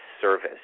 service